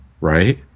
right